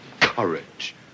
Courage